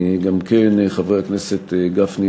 גם כן חברי הכנסת גפני,